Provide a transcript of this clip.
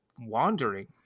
wandering